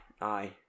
aye